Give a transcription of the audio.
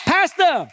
Pastor